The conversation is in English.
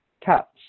Cats